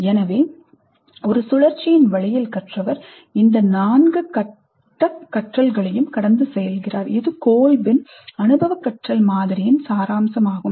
எனவே ஒரு சுழற்சியின் வழியில் கற்றவர் இந்த 4 கட்டக் கற்றல்களையும் கடந்து செல்கிறார் இது Kolbஎன் அனுபவக் கற்றல் மாதிரியின் சாராம்சமாகும்